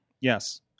Yes